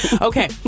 Okay